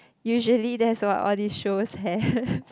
usually that's what all these shows have